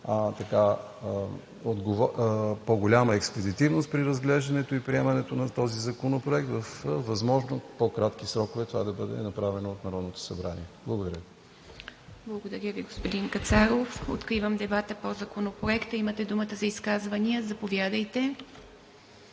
по-голяма експедитивност при разглеждането и приемането на този законопроект и във възможно по-кратки срокове това да бъде направено от Народното събрание. Благодаря Ви. ПРЕДСЕДАТЕЛ ИВА МИТЕВА: Благодаря Ви, господин Кацаров. Откривам дебата по Законопроекта. Имате думата за изказвания. Заповядайте.